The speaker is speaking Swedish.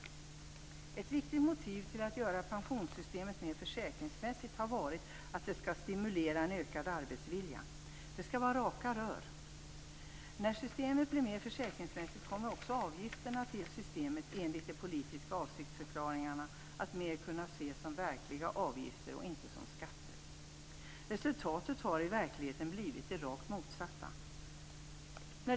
Ett viktigt motiv till att göra pensionssystemet mer försäkringsmässigt har varit att det skall stimulera en ökad arbetsvilja. Det skall vara "raka rör". När systemet blir mer försäkringsmässigt kommer också avgifterna till systemet, enligt de politiska avsiktsförklaringarna, att mer kunna ses som verkliga avgifter och inte som skatter. Resultatet har i verkligheten blivit det rakt motsatta.